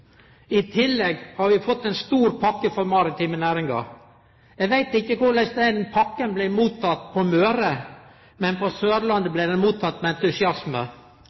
I tillegg har vi fått ei stor pakke for den maritime næringa. Eg veit ikkje korleis pakka blei motteken på Møre, men på Sørlandet blei ho motteken med entusiasme.